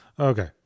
Okay